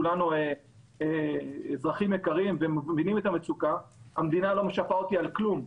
כולנו אזרחים יקרים ומבינים את המצוקה אבל המדינה לא משפה אותי על כלום.